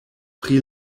pri